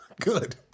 Good